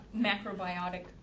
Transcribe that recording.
macrobiotic